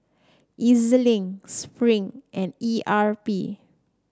EZ Link Spring and E R P